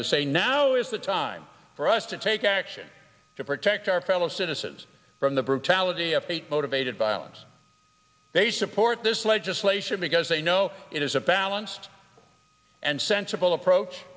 to say now is the time for us to take action to protect our fellow citizens from the brutality of motivated violence they support this legislation because they know it is a balanced and